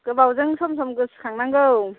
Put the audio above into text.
गोबावजों सम सम गोसोखांनांगौ